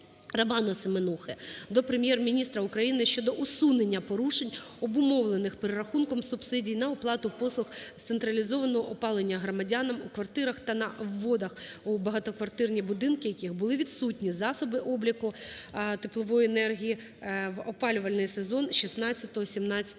РоманаСеменухи до Прем'єр-міністра України щодо усунення порушень обумовлених перерахунком субсидій на оплату послуг з централізованого опалення громадянам у квартирах та на вводах у багатоквартирні будинки яких були відсутні засоби обліку теплової енергії в опалювальний сезон 2016/17 років.